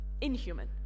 inhuman